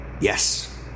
Yes